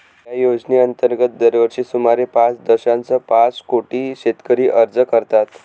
या योजनेअंतर्गत दरवर्षी सुमारे पाच दशांश पाच कोटी शेतकरी अर्ज करतात